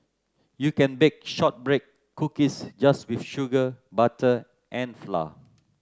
you can bake shortbread cookies just with sugar butter and flour